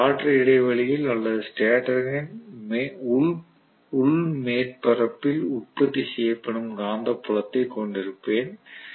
நான் காற்று இடைவெளியில் அல்லது ஸ்டேட்டரின் உள் மேற்பரப்பில் உற்பத்தி செய்யப்படும் காந்தப்புலத்தை கொண்டிருப்பேன்